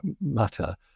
matter